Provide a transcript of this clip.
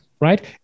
right